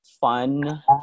fun